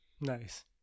Nice